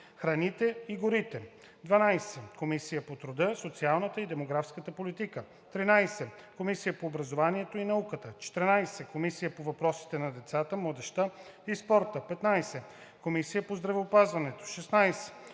храните и горите; 12. Комисия по труда, социалната и демографската политика; 13. Комисия по образованието и науката; 14. Комисия по въпросите на децата, младежта и спорта; 15. Комисия по здравеопазването; 16.